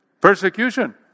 Persecution